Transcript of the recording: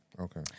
Okay